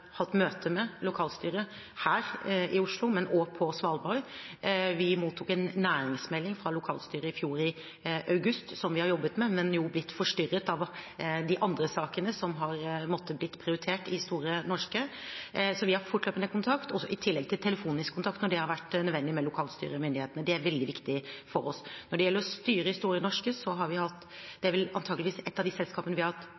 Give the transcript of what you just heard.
her i Oslo og på Svalbard. Vi mottok en næringsmelding fra lokalstyret i august i fjor, som vi har jobbet med, men vi har blitt forstyrret av de andre sakene i Store Norske som har måttet bli prioritert. Så vi har fortløpende kontakt, i tillegg til telefonisk kontakt med lokalstyret, når det har vært nødvendig. Det er veldig viktig for oss. Når det gjelder styret i Store Norske, er det antageligvis ett av de selskapene – for ikke å si det selskapet – vi har hatt